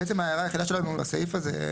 בעצם ההערה היחידה שלנו לסעיף הזה,